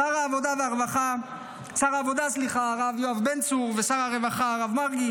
שר העבודה הרב יואב בן צור ושר הרווחה הרב מרגי